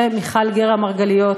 ומיכל גרא-מרגליות,